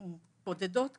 או בודדות כמוני,